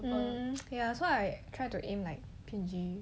hmm so like I try to aim like P&G